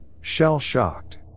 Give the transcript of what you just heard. shell-shocked